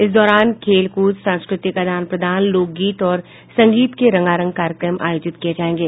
इस दौरान खेल कूदसांस्कृतिक आदान प्रदान लोक गीत और संगीत के रंगारंग कार्यक्रम आयोजित किये जायेंगे